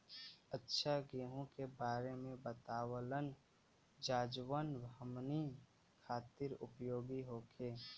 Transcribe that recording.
अच्छा गेहूँ के बारे में बतावल जाजवन हमनी ख़ातिर उपयोगी होखे?